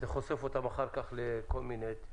זה חושף אותן לכל מיני דברים,